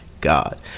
god